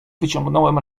wyciągnąłem